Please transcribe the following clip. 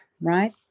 right